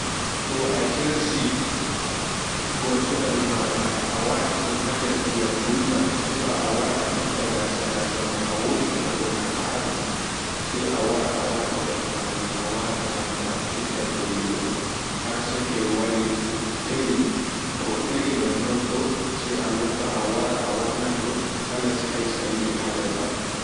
To'a ahirsi gortugal mada awatidum ha derr diyam guldam heɓa awara a itta gasa gasa mai awoitinadum ataa dum ar seto war deli to deli nonnon do se awarta awannadum kala spices ayidipat.